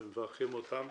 ומברכים אותם,